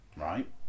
right